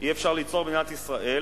אפשר יהיה ליצור במדינת ישראל